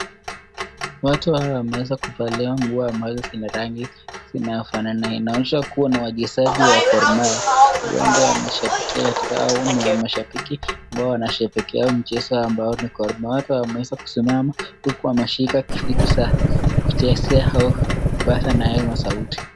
Watu hawa wameweza kuvalia nguo ambazo zina rangi zinafanana, inaonyesha kuwa ni wachezaji wa Gor Mahia, huenda ni shabiki au ni mashabiki wao wanashabikia mchezo wao ambao ni Gor Mahia, watu wameweza kusimama huku wanashika vitu za kuchezea au kupaza nayo sauti.